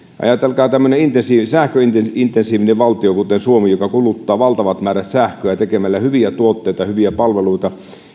ajatelkaa että tämmöisessä sähköintensiivisessä valtiossa kuin suomi joka kuluttaa valtavat määrät sähköä tekemällä hyviä tuotteita hyviä palveluita